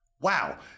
Wow